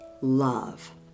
love